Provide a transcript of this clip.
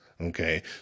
Okay